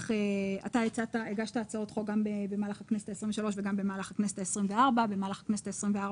אתה הגשת הצעות חוק גם במהלך הכנסת ה-23 וגם במהלך הכנסת ה-24,